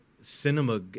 cinema